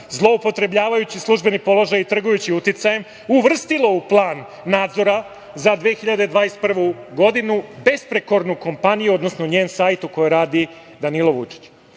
zloupotrebljavajući službeni položaj i trgujući uticajem, uvrstilo u plan nadzora za 2021. godinu besprekornu kompaniju, odnosno njen sajt u kojoj radi Danilo Vučić. Potom